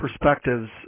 perspectives